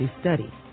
study